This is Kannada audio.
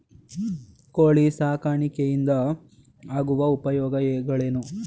ಕೋಳಿ ಸಾಕಾಣಿಕೆಯಿಂದ ಆಗುವ ಉಪಯೋಗಗಳೇನು?